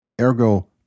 Ergo